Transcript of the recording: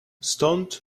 stąd